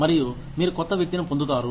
మరియు మీరు కొత్త వ్యక్తిని పొందుతారు